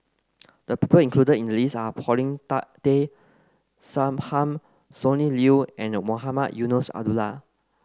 the people included in the list are Paulin Tak Tay Straughan Sonny Liew and Mohamed Eunos Abdullah